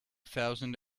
thousand